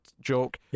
joke